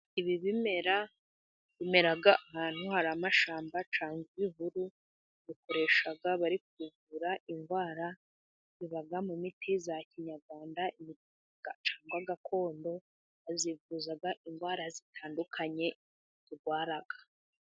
Ibi bimera bimera ahantu hari amashyamba cyangwa ibihuru, bikoreshwa bari kuvura indwara. Biba mu miti ya kinyarwanda cyangwa gakondo, bikoreshwa bari kuvura indwara turwara.